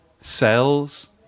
cells